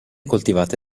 coltivata